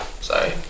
Sorry